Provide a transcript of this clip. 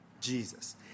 Jesus